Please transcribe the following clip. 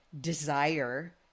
desire